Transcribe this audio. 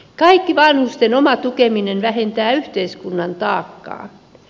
kaikki vanhusten oma tukeminen vähentää yhteiskunnan taakkaa